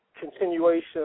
continuation